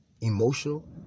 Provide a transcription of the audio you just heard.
emotional